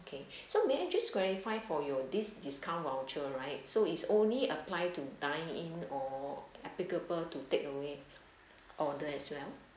okay so may I just clarify for your this discount voucher right so is only apply to dine in or applicable to take away order as well